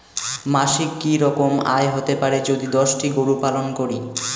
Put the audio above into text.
মাসিক কি রকম আয় হতে পারে যদি দশটি গরু পালন করি?